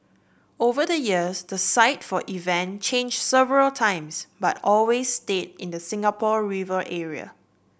over the years the site for event changed several times but always stayed in the Singapore River area